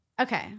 okay